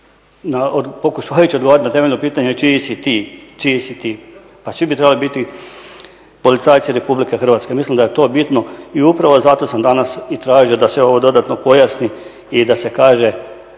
pokušavajući odgovorit na temeljno pitanje čiji si ti. Pa svi bi trebali biti policajci Republike Hrvatske. Mislim da je to bitno i upravo zato sam danas i tražio da se ovo dodatno pojasni i da se kaže